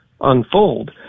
unfold